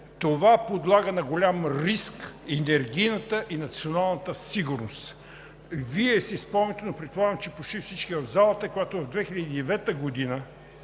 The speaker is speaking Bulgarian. това подлага на голям риск енергийната и националната сигурност. Вие си спомняте, предполагам, че почти всички в залата, със сигурност,